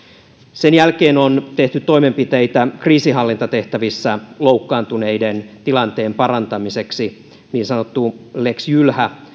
sen jälkeen on tehty toimenpiteitä kriisinhallintatehtävissä loukkaantuneiden tilanteen parantamiseksi niin sanottu lex jylhä